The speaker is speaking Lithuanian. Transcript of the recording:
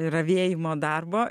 ravėjimo darbo